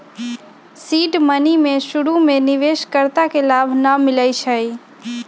seed money में शुरु में निवेश कर्ता के लाभ न मिलै छइ